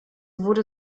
wurde